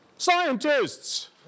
Scientists